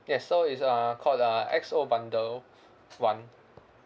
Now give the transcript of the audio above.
yes so it's uh called the X O bundle one